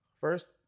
first